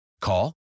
Call